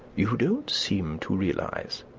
you don't seem to realise,